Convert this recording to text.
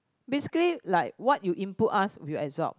basically like what you input us we will absorb